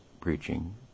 preaching